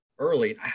early